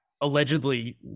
allegedly